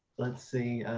let's see.